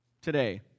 today